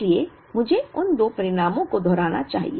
इसलिए मुझे उन दो परिणामों को दोहराना चाहिए